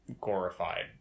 glorified